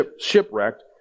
shipwrecked